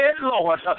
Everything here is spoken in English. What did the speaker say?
Lord